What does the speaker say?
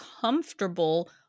comfortable